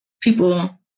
people